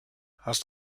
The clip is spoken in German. hast